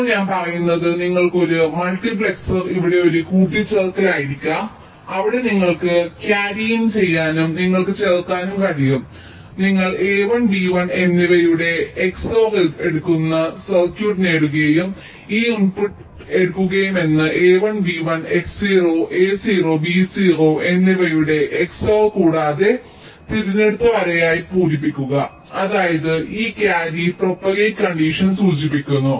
ഇപ്പോൾ ഞാൻ പറയുന്നത് നിങ്ങൾക്ക് ഒരു മൾട്ടിപ്ലക്സർ ഇവിടെ ഒരു കൂട്ടിച്ചേർക്കലായിരിക്കാം അവിടെ നിങ്ങൾക്ക് ക്യാരി ഇൻ ചെയ്യാനും നിങ്ങൾക്ക് ചേർക്കാനും കഴിയും നിങ്ങൾ a1 b1 എന്നിവയുടെ xor എടുക്കുന്ന സർക്യൂട്ട് നേടുകയും ഈ ഇൻപുട്ടും എടുക്കുകയുമാണ് a1 b1 x0 a0 b0 എന്നിവയുടെ xor കൂടാതെ തിരഞ്ഞെടുത്ത വരയായി പൂരിപ്പിക്കുക അതായത് ഇത് ക്യാരി പ്രൊപഗേറ്റ് കണ്ടിഷൻ സൂചിപ്പിക്കുന്നു